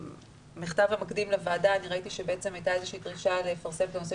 במכתב המקדים לוועדה ראיתי שהייתה דרישה לפרסם את הנושא